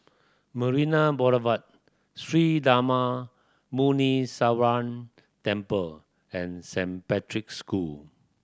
Marina Boulevard Sri Darma Muneeswaran Temple and Saint Patrick's School